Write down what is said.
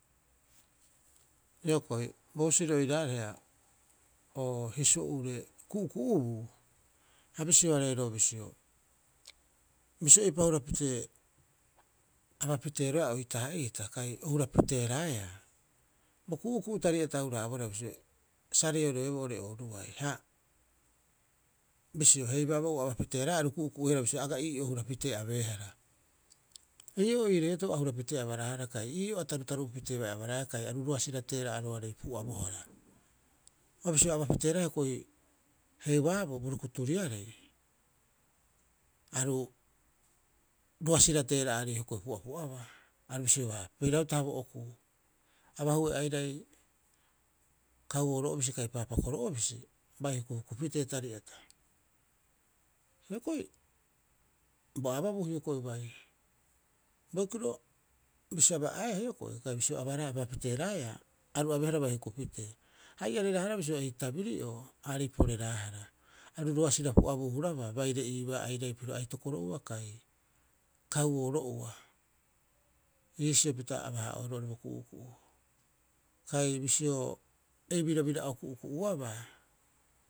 Hioko'i bo husiri oiraareha oo hisuo'uure ku'uku'ubuu, a bisiohareeroo bisio, bisio eipa hura pitee aba piteeroeaa oitaa'iita kai o hura piteeraeaa, bo ku'uku tari'ata a huraabohara bisio, sa reoreoboo oo'ore ooruai. Ha bisio heuaabo ua aba piteeraea aru ku'uku'uihara bisio, aga ii'oo hura pitee abeehara. Ii'oo iireeto a hura pitee abaraahara kai ii'oo a tarutaru'u pitee bai abaraea kai aru roasira teera'aroarei pu'abohara. Ha bisio aba piteeraeaa hioko'i heuaboo bo rukuturiare, aru roasira teera'aarei hioko'i pu'apu'abaa. Aru bisiobaa, peirautaha bo okuu, abahue airai kauooro'obisi kai paapakoro'obisi bai hukuhuku pitee tari'ata. Hioko'i bo ababuu hioko'i bai. Boikiro, bisio aba'aeaa hioko'i kai bisio abara, bisio aba piteeraeaa, aru abeehara bai huku pitee. Ha iareraahara bisio ei tabiri'oo aarei poreraahara. Aru roasira pu'abu hurabaa baire iibaa airai piro aitokoro'oa kai kauooro'oa. Iisio pita aba- haa'oeroo oo'ore bo ku'uku'u kai bisio ei birabira'oo ku'uku'uabaa.